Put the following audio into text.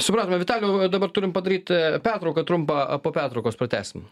supratome vitalijau dabar turim padaryti pertrauką trumpą po pertraukos pratęsim